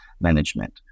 management